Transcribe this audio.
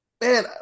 Man